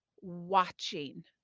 watching